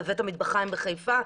בבית המטבחיים בחיפה,